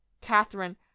Catherine